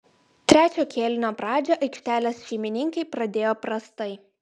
trečiojo kėlinio pradžią aikštės šeimininkai pradėjo prastai